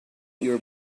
your